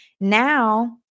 Now